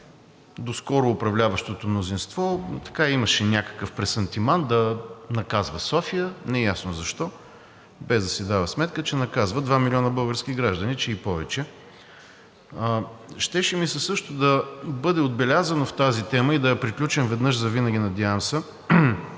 доскоро управляващото мнозинство имаше някакъв пресантиман да наказва София, неясно защо, без да си дава сметка, че наказва два милиона български граждани, че и повече. Щеше ми се също да бъде отбелязано в тази тема и да я приключим веднъж завинаги, надявам се,